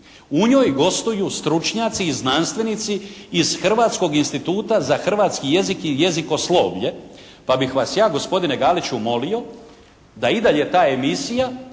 U njoj gostuju stručnjaci i znanstvenici iz hrvatskog instituta za hrvatski jezik i jezikoslovlje pa bih vas ja gospodine Galiću molio da i dalje ta emisija